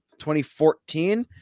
2014